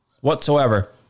whatsoever